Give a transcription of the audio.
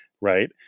Right